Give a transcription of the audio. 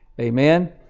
Amen